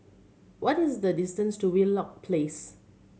what is the distance to Wheelock Place